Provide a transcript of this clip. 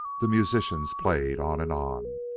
the musicians played on and on,